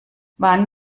wann